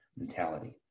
mentality